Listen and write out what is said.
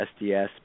SDS